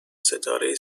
ستاره